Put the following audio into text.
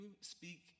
speak